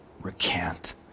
recant